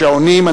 שעונים.